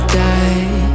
die